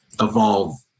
evolve